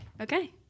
Okay